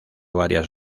varias